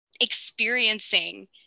experiencing